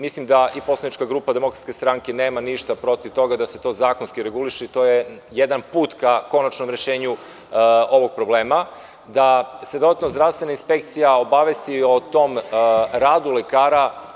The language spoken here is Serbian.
Mislim da i poslanička grupa DS nema ništa protiv toga da se to zakonski reguliše i to je jedan put ka konačnom rešenju ovog problema, da se dodatno zdravstvena inspekcija obavesti o tom radu lekara.